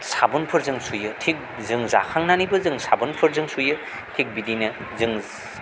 साबुनफोरजों सुयो थिग जों जाखांनानैबो जों साबोनफोरजों सुयो थिग बिदिनो जों